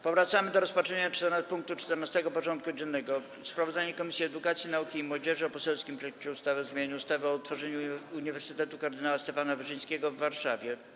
Powracamy do rozpatrzenia punktu 14. porządku dziennego: Sprawozdanie Komisji Edukacji, Nauki i Młodzieży o poselskim projekcie ustawy o zmianie ustawy o utworzeniu Uniwersytetu Kardynała Stefana Wyszyńskiego w Warszawie.